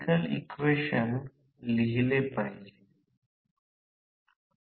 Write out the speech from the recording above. तर जर ते आणले तर X 2 आणि r2 असेल तर सर्किट बंद होईल